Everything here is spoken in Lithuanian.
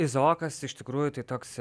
izaokas iš tikrųjų tai toks